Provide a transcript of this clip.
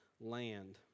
land